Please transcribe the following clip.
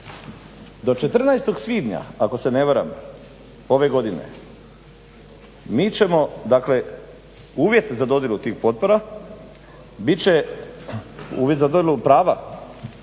Do 14. svibnja, ako se ne varam, ove godine mi ćemo dakle uvjet za dodjelu tih potpora bit će uvjet za dodjelu prava